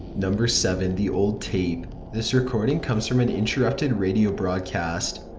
number seven. the old tape this recording comes from an interrupted radio broadcast.